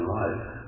life